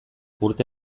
urte